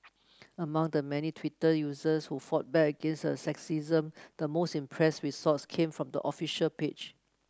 among the many Twitter users who fought back against the sexism the most impress retorts came from the official page